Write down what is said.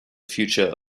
future